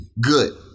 good